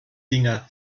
dinger